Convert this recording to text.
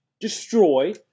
destroy